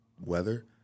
weather